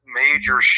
major